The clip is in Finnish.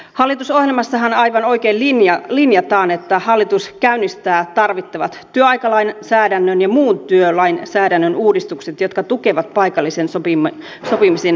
hallitusohjelmassahan aivan oikein linjataan että hallitus käynnistää tarvittavat työaikalainsäädännön ja muun työlainsäädännön uudistukset jotka tukevat paikallisen sopimisen edistämistä